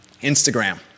Instagram